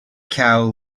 cow